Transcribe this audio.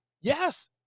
Yes